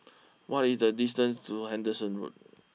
what is the distance to Henderson Road